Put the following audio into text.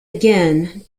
again